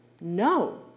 no